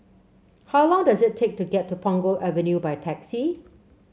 how long does it take to get to Punggol Avenue by taxi